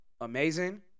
amazing